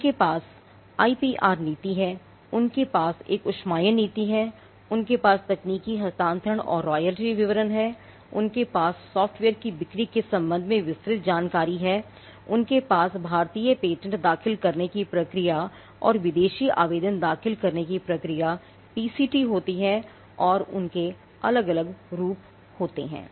उनके पास आईपीआर नीति है उनके पास एक ऊष्मायन नीति है उनके पास तकनीकी हस्तांतरण और रॉयल्टी विवरण हैं उनके पास सॉफ्टवेयर की बिक्री के संबंध में विस्तृत जानकारी है उनके पास भारतीय पेटेंट दाखिल करने की प्रक्रिया और विदेशी आवेदन दाखिल करने की प्रक्रिया पीसीटी होती है और उनके अलग अलग रूप होते हैं